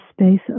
space